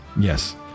yes